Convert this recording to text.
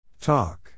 Talk